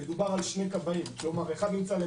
יש תוכנית טובה מאוד שהאוצר ונציבות